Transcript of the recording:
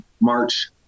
march